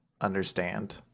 understand